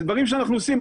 זה דברים שאנחנו עושים.